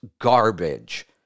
garbage